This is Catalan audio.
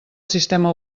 sistema